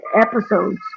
episodes